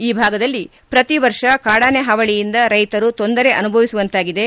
ಈ ಭಾಗದಲ್ಲಿ ಪ್ರತಿವರ್ಷ ಕಾಡಾನೆ ಹಾವಳಿಯಿಂದ ರೈತರು ತೊಂದರೆ ಅನುಭವಿಸುವಂತಾಗಿದೆ